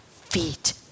feet